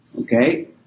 Okay